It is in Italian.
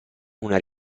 una